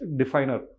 definer